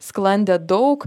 sklandė daug